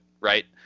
right